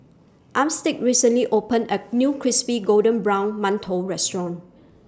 Armstead recently opened A New Crispy Golden Brown mantou Restaurant